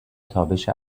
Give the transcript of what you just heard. تابش